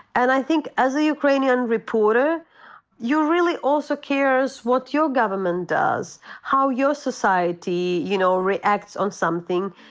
and i think as a ukrainian reporter you really also cares what your government does, how your society, you know, reacts on something,